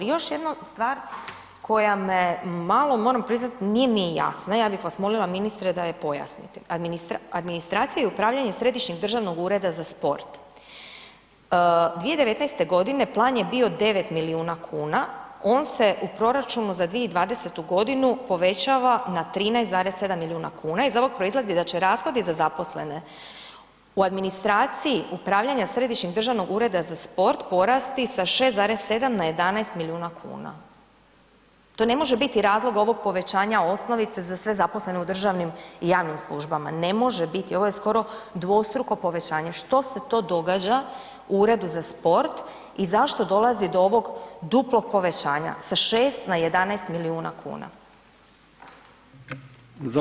I još jedno stvar koja me malo moram prizat nije mi jasno, ja bih vas molila ministre da je pojasnite, administracija i upravljanje Središnjeg državnog ureda za sport, 2019.g. plan je bio 9 milijuna kuna, on se u proračunu za 2020.g. povećava na 13,7 milijuna kuna, iz ovog proizlazi da će rashodi za zaposlene u administraciji upravljanja Središnjeg državnog ureda za sport porasti sa 6,7 na 11 milijuna kuna, to ne može biti razlog ovog povećanja osnovice za sve zaposlene u državnim i javnim službama, ne može biti, ovo je skoro dvostruko povećanje, što se to događa Uredu za sport i zašto dolazi do ovog duplog povećanja sa 6 na 11 milijuna kuna?